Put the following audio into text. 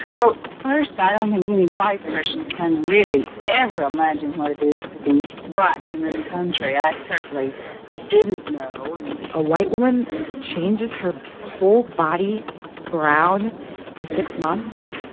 well, first, i don't think any white person can really ever imagine what it is to be black in this country. i certainly didn't know and a white woman changes her whole body brown for six months.